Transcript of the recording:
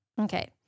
Okay